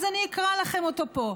אז אני אקרא לכם אותו פה.